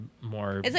more